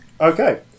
Okay